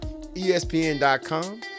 ESPN.com